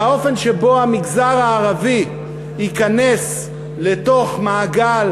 והאופן שבו המגזר הערבי ייכנס לתוך מעגל